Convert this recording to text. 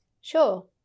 Sure